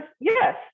Yes